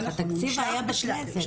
התקציב היה בכנסת.